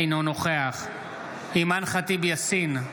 אינו נוכח אימאן ח'טיב יאסין,